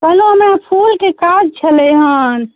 कहलहुँ हँ फूलके काज छलै हँ